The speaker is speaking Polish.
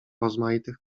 rozmaitych